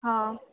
हा